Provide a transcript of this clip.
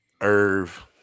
Irv